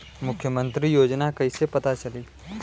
मुख्यमंत्री योजना कइसे पता चली?